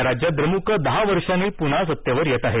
या राज्यात द्रमुक दहा वर्षांनी पुन्हा सत्तेवर येत आहे